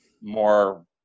more